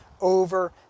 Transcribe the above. over